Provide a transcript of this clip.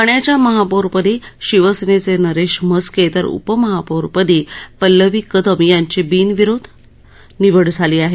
ठाण्याच्या महापौरपदी शिवसेनेचे नरेश म्हस्के तर उपमहापौरपदी पल्लवी कदम यांची बिनविरोध यांची निवड झाली आहे